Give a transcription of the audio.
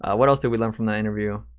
ah what else did we learn from that interview?